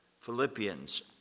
Philippians